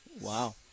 Wow